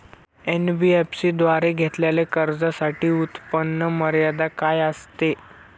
NBFC द्वारे घेतलेल्या कर्जासाठी उत्पन्न मर्यादा काय असते?